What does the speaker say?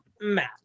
Matt